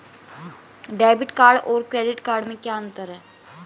Debit card और credit card में क्या अंतर है?